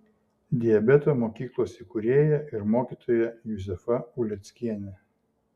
diabeto mokyklos įkūrėja ir mokytoja juzefa uleckienė